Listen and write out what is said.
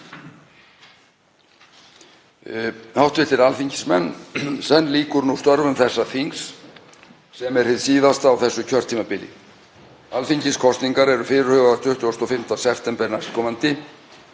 Háttvirtir alþingismenn. Senn lýkur störfum þessa þings sem er hið síðasta á þessu kjörtímabili. Alþingiskosningar eru fyrirhugaðar 25. september næstkomandi.